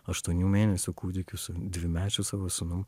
aštuonių mėnesių kūdikiu su dvimečiu savo sūnum